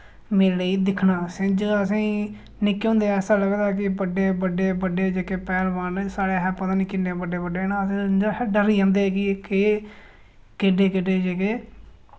मेले ई दिक्खना असें सिंझ असें ई निक्के होंदे ऐसा लगदा कि बड्डे बड्डे बड्डे जेह्के पैह्लवान न साढ़े शा पता निं किन्ने बड्डे बड्डे न अस इंदे शा डरी जंदे हे की के केड्डे केड्डे जेह्के